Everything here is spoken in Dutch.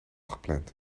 gepland